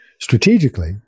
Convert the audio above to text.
strategically